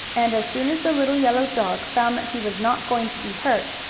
and as soon as the little yellow dog found that he was not going to be hurt,